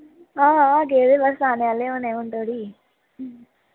आ हां गे दे बस आने आह्ले होनें हून धोड़ी